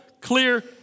clear